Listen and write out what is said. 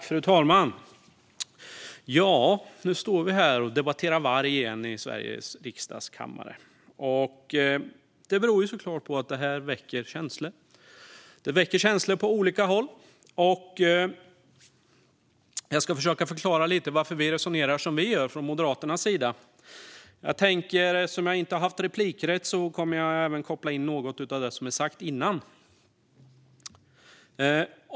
Fru talman! Nu står vi här igen och debatterar varg i Sveriges riksdags kammare. Det beror såklart på att detta väcker känslor på olika håll. Jag ska försöka förklara varför vi resonerar som vi gör från Moderaternas sida. Eftersom jag inte har haft replikrätt kommer jag även att koppla in något på det som har sagts innan.